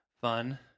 fun